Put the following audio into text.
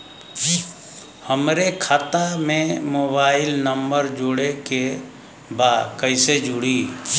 हमारे खाता मे मोबाइल नम्बर जोड़े के बा कैसे जुड़ी?